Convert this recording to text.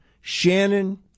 Shannon